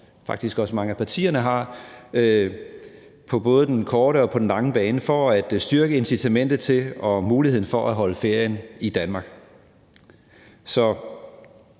som faktisk også mange af partierne har, i forhold til både på den korte og den lange bane at styrke incitamentet til og muligheden for at holde ferie i Danmark.